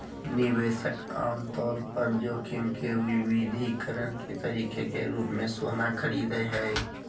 निवेशक आमतौर पर जोखिम के विविधीकरण के तरीके के रूप मे सोना खरीदय हय